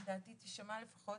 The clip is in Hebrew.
אם דעתי תשמע לפחות,